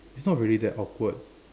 it's not really that awkward